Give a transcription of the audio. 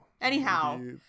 Anyhow